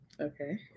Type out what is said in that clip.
okay